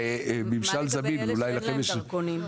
ממשל זמין, אולי לכם יש תשובה.